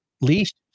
least